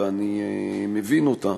ואני מבין אותה,